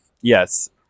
Yes